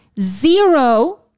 zero